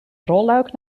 rolluik